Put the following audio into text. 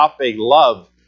love